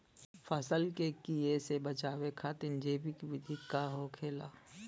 फसल के कियेसे बचाव खातिन जैविक विधि का होखेला?